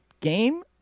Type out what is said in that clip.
game